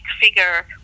figure